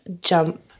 jump